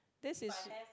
this is